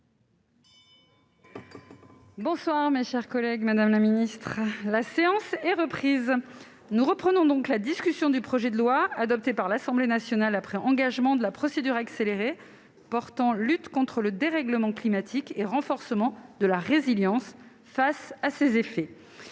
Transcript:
Bonsoir mes chers collègues, Madame la Ministre, la séance est reprise, nous reprenons donc la discussion du projet de loi adopté par l'Assemblée nationale après engagement de la procédure accélérée portant lutte contre le dérèglement climatique et renforcement de la résilience face à ces effets